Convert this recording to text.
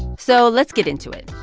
so let's get into it.